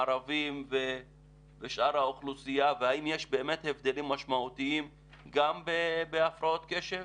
ערבים ושאר האוכלוסייה והאם יש באמת הבדלים משמעותיים גם בהפרעות קשב?